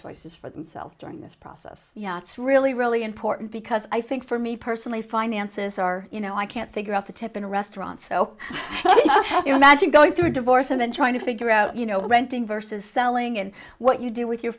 choices for themselves during this process yeah that's really really important because i think for me personally finances are you know i can't figure out the tip in a restaurant so i have you know imagine going through a divorce and then trying to figure out you know renting versus selling and what you do with your